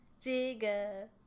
Jigga